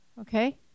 Okay